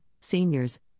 seniors